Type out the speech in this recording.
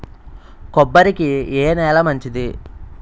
కొబ్బరి కి ఏ నేల మంచిది?